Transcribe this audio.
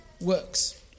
works